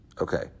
Okay